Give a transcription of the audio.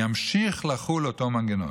ימשיך לחול אותו מנגנון.